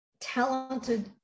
talented